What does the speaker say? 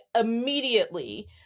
immediately-